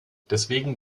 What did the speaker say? deswegen